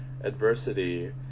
adversity